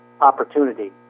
opportunity